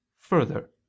further